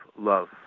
love